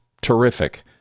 terrific